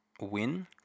win